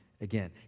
again